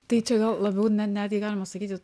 tai čia gal labiau netgi galima sakyti